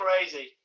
crazy